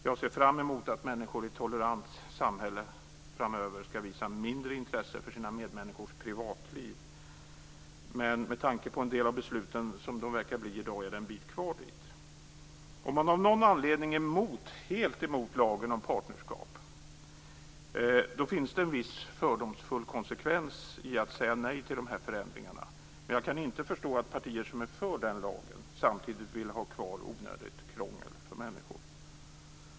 Jag ser fram emot att människor i ett tolerant samhälle framöver skall visa mindre intresse för sina medmänniskors privatliv, men med tanke på hur en del av besluten verkar bli i dag är det en bit kvar dit. Om man av någon anledning är helt emot lagen om partnerskap finns det en viss fördomsfull konsekvens i att säga nej till de här förändringarna. Men jag kan inte förstå att partier som är för denna lag samtidig vill ha kvar onödigt krångel för människor.